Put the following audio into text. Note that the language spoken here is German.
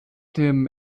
dem